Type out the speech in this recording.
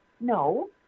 No